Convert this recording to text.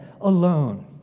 alone